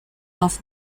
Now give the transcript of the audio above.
off